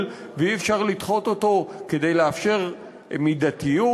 ואי-אפשר לדחות אותו כדי לאפשר מידתיות,